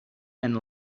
and